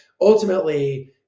ultimately